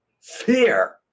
fear